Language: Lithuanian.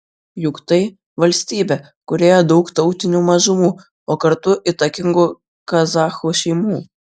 juk tai valstybė kurioje daug tautinių mažumų o kartu įtakingų kazachų šeimų